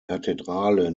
kathedrale